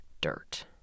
dirt